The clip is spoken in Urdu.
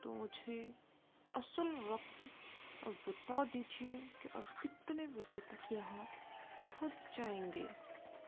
تو مجھے اصل وقت آپ بتا دیجیے کہ آپ کتنے بجے تک یہاں پہنچ جائیں گے